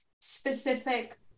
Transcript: specific